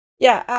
yeah,